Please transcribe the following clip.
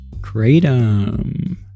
Kratom